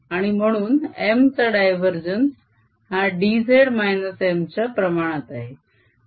आणि म्हणून M चा डायवरजेन्स हा δz M च्या प्रमाणात आहे